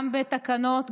גם בתקנות,